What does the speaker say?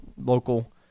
local